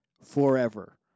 forever